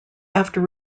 after